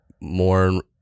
more